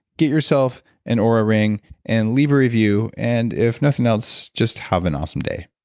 get yourself an oura ring and leave a review. and if nothing else, just have an awesome day